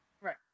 Right